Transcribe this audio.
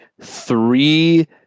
three